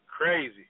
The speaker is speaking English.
crazy